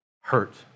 hurt